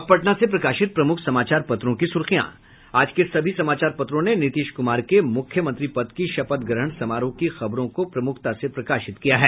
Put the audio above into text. अब पटना से प्रकाशित प्रमुख समाचार पत्रों की सुर्खियां आज के सभी समाचार पत्रों ने नीतीश कुमार के मुख्यमंत्री पद की शपथ ग्रहण समारोह की खबरों को प्रमुखता से प्रकाशित किया है